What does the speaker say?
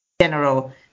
general